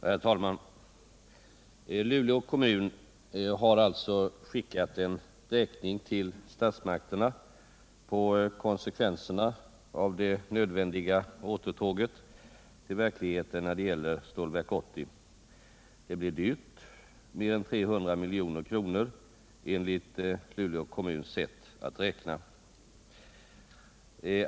Herr talman! Luleå kommun har alltså skickat en räkning till statsmakterna på konsekvenserna av det nödvändiga återtåget till verkligheten när det gäller Stålverk 80. Det blev dyrt — mer än 300 milj.kr. enligt Luleå kommuns sätt att räkna.